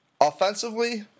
Offensively